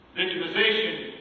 victimization